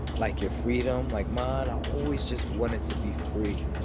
like your freedom, like mine. i always just wanted to be free.